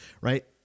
right